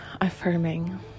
affirming